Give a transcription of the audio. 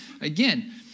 again